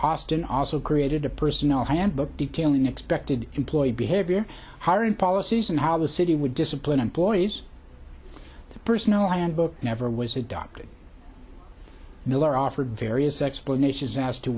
austin also created a personal handbook detailing expected employee behavior hiring policies and how the city would discipline employees the personal handbook never was adopted miller offered various explanations as to